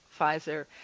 pfizer